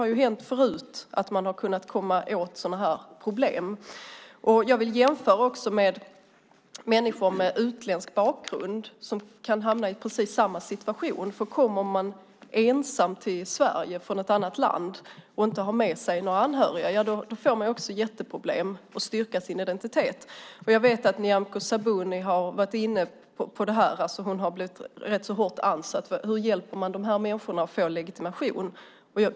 Det har hänt förut att man kunnat komma åt sådana här problem. Jag vill också jämföra med människor med utländsk bakgrund som kan hamna i precis samma situation. Kommer man ensam till Sverige från ett annat land och inte har med sig några anhöriga får man också jätteproblem med att styrka sin identitet. Jag vet att Nyamko Sabuni har varit inne på det här. Hon har blivit rätt så hårt ansatt. Hur hjälper man de här människorna att få legitimation?